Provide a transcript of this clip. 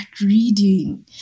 reading